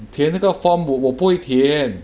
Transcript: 填那个 form 我不会填